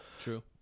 true